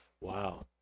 Wow